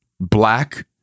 black